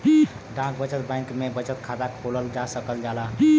डाक बचत बैंक में बचत खाता खोलल जा सकल जाला